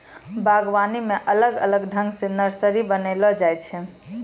बागवानी मे अलग अलग ठंग से नर्सरी बनाइलो जाय छै